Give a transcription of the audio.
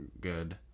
good